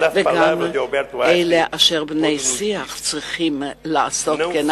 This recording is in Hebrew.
וגם אלה אשר הם בני-שיח צריכים לעשות כן.